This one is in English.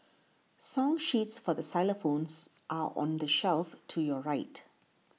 song sheets for xylophones are on the shelf to your right